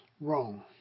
wrong